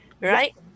right